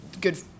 good